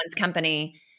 company